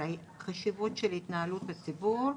על החשיבות של התנהלות הציבור,